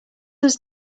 was